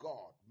God